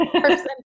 person